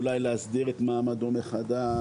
אולי להסדיר את מעמדו מחדש,